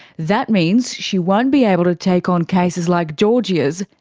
that means she won't be able to take on cases like georgia's,